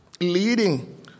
leading